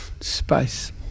space